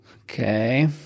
Okay